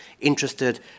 interested